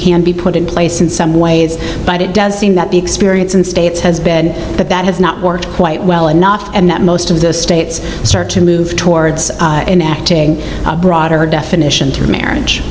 can be put in place in some ways but it does seem that the experience in states has been that that has not worked quite well enough and that most of the states start to move towards a broader definition term marriage